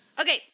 Okay